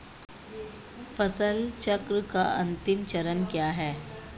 फसल चक्र का अंतिम चरण क्या है?